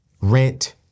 rent